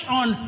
on